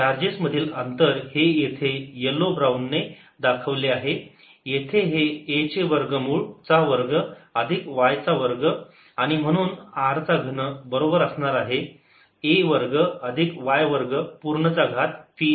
charges मधील अंतर हे येथे येलो ब्राऊन ने दाखवले आहे येथे हे a चे वर्गमूळ चा वर्ग अधिक y वर्ग आणि म्हणून r चा घन बरोबर असणार आहे a वर्ग अधिक y वर्ग पूर्ण चा घात 3 छेद 2